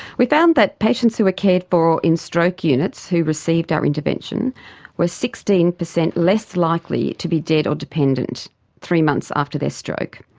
we found that patients who were cared for in stroke units who received our intervention were sixteen percent less likely to be dead or dependent three months after their stroke.